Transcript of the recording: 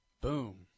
Boom